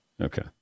okay